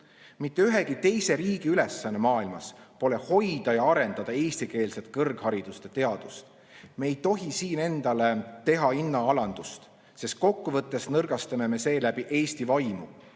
Mitte ühegi teise riigi ülesanne maailmas pole hoida ja arendada eestikeelset kõrgharidust ja teadust. Me ei tohi siin teha endale hinnaalandust, sest seeläbi nõrgestame me eesti vaimu